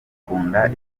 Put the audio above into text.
bakunda